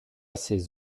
ses